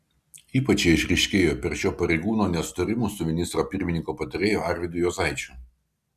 ypač jie išryškėjo per šio pareigūno nesutarimus su ministro pirmininko patarėju arvydu juozaičiu